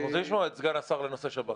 אני רוצה לשמוע את סגן השר בנושא שב"כ.